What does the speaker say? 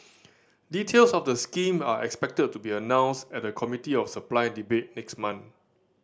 details of the scheme are expected to be announced at the Committee of Supply debate next month